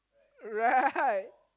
right